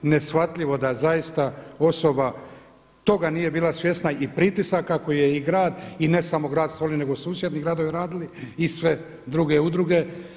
Neshvatljivo da zaista osoba toga nije bila svjesna i pritisaka koji je i grad i ne samo grad Solin, nego susjedni gradovi radili i sve druge udruge.